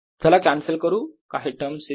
चला कॅन्सल करू काही टर्म्स इथे